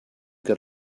got